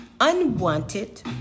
unwanted